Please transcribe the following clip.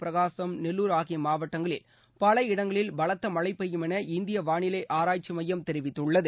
பிரகாசம் நெல்லூர் ஆகிய மாவட்டங்களில் பல இடங்களில் பலத்த மழை பெய்யும் என இந்திய வானிலை ஆராய்ச்சி மையம் தெரிவித்துள்ளது